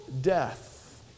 death